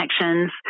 connections